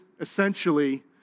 essentially